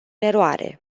eroare